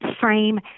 frame